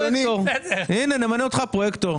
נמנה אותך פרוייקטור.